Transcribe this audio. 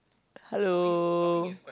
hello